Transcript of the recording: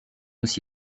aussi